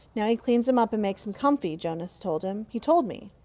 now he cleans him up and makes him comfy, jonas told him. he told me.